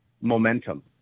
momentum